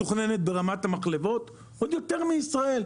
מתוכננת ברמת המחלבות עוד יותר מישראל,